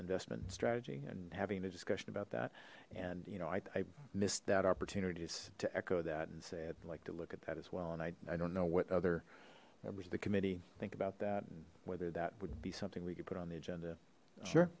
investment and strategy and having a discussion about that and you know i missed that opportunities to echo that and say i'd like to look at that as well and i don't know what other was the committee think about that and whether that would be something we could put on the agenda sure